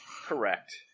correct